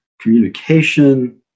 communication